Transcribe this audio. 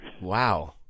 Wow